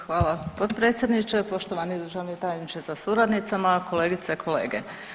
Hvala potpredsjedniče, poštovani državni tajniče sa suradnicama, kolegice i kolege.